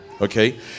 okay